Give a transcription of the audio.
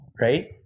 Right